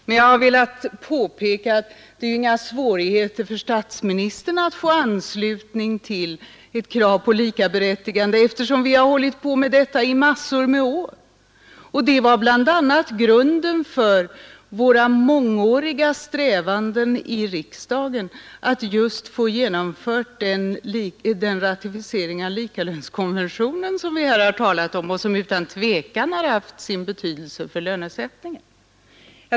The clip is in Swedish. Men jag har velat påpeka att det inte är några svårigheter för statsministern att få anslutning till ett krav på likaberättigande, eftersom vi har arbetat för det i massor av år. Denna inställning låg bl.a. till grund för våra mångåriga strävanden i riksdagen att få till stånd en ratificering av likalönskonventionen, som vi här har talat om och som utan tvivel haft sin betydelse för lönesättningen.